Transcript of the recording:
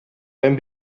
beim